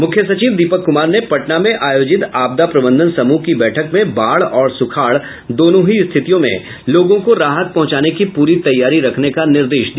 मुख्य सचिव दीपक कुमार ने पटना में आयोजित आपदा प्रबंधन समूह की बैठक में बाढ़ और सुखाड़ दोनों ही स्थितियों में लोगों को राहत पहुंचाने की पूरी तैयारी रखने का निर्देश दिया